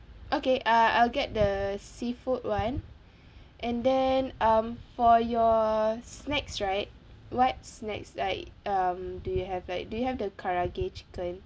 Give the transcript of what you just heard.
okay uh I'll get the seafood [one] and then um for your snacks right what snacks like um do you have like do you have the karaage chicken